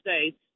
States